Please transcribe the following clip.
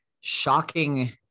shocking